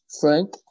frank